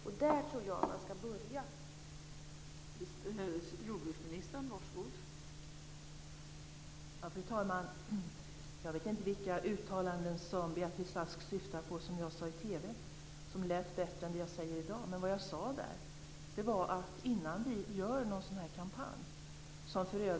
Jag tror att man skall börja där.